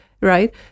right